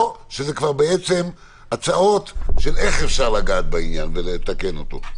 או שזה כבר בעצם הצעות של איך אפשר לגעת בעניין ולתקן אותו?